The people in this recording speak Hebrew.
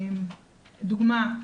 דוגמה,